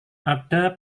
ada